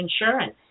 insurance